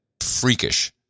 freakish